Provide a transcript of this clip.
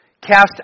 cast